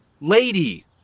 Lady